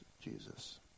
Jesus